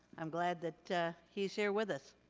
i'm glad that he's here with us.